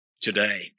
today